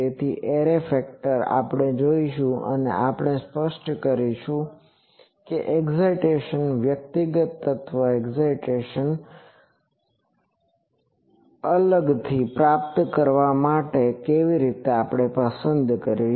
તેથી array factor આપણે જોશું અને આપણે સ્પષ્ટ કરીશું કે એક્ઝિટેસન વ્યક્તિગત તત્વ એક્ઝિટેસન અલગથી પ્રાપ્ત કરવા માટે કેવી રીતે પસંદ કરવી